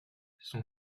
son